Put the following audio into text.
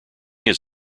his